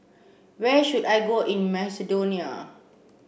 where should I go in Macedonia